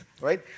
right